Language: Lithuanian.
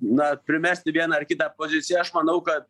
na primesti vieną ar kitą poziciją aš manau kad